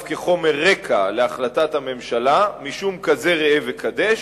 כחומר רקע להחלטת הממשלה משום "כזה ראה וקדש",